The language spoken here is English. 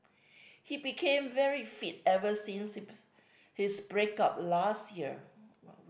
he became very fit ever since his his break up last year